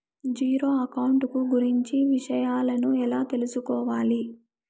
Zero account కు గురించి విషయాలను ఎలా తెలుసుకోవాలి?